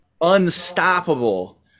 unstoppable